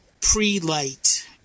pre-light